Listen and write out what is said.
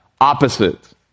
opposite